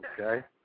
Okay